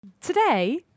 Today